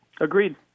Agreed